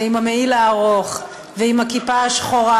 ועם המעיל הארוך ועם הכיפה השחורה.